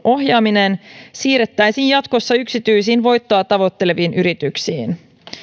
ohjaaminen siirrettäisiin jatkossa yksityisiin voittoa tavoitteleviin yrityksiin